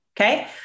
okay